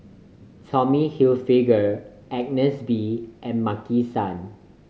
Tommy Hilfiger Agnes B and Maki San